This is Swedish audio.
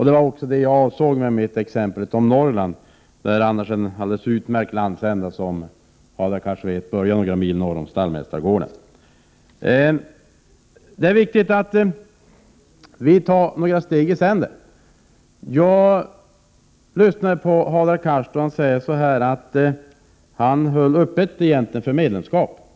Det var också det jag avsåg med mitt exempel om Norrland, en alldeles utmärkt landsända vilken, som Hadar Cars vet, börjar några mil norr om Stallmästaregården. Det är viktigt att ta några steg i sänder. Hadar Cars höll öppet för medlemskap, sade han.